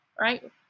right